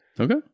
okay